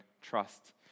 trust